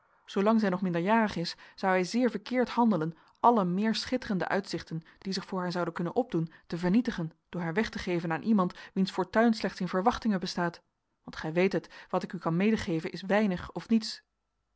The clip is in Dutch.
zoolang zij nog minderjarig is zou hij zeer verkeerd handelen alle meer schitterende uitzichten die zich voor haar zouden kunnen opdoen te vernietigen door haar weg te geven aan iemand wiens fortuin slechts in verwachtingen bestaat want gij weet het wat ik u kan medegeven is weinig of niets